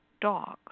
dogs